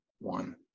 one